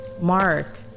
Mark